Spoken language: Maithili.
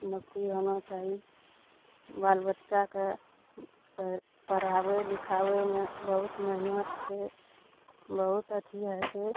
नौकरी होना चाही बाल बच्चाके पहिर पढ़ाबय लिखाबयमे बहुत मेहनत छै बहुत अथी होइ छै